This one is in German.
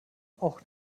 auch